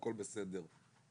הכול בסדר,